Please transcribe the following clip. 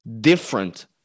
different